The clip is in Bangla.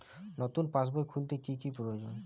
নতুন পাশবই খুলতে কি কি প্রয়োজন?